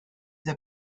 the